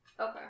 okay